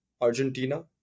Argentina